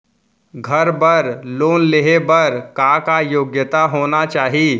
घर बर लोन लेहे बर का का योग्यता होना चाही?